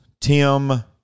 tim